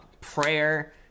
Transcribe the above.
prayer